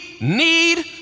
need